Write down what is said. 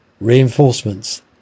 reinforcements